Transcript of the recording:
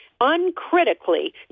uncritically